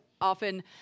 often